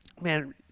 Man